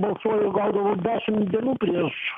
balsuoju gaudavau dešimts dienų prieš